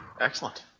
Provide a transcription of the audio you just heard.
Excellent